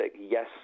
yes